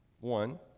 one